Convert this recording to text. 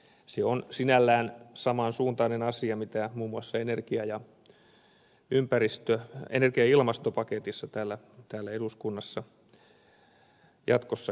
se on sinällään saman suuntainen asia mitä muun muassa energia ja ilmastopaketissa täällä eduskunnassa jatkossa käsitellään